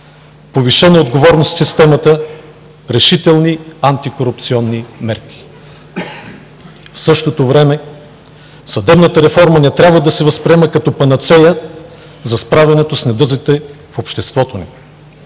повишена отговорност в системата, решителни антикорупционни мерки. В същото време съдебната реформа не трябва да се възприема като панацея за справянето с недъзите в обществото ни.